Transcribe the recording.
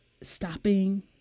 stopping